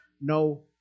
no